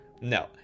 no